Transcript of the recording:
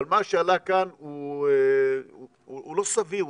אבל מה שעלה כאן הוא לא סביר,